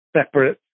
separate